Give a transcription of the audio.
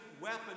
weapon